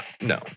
no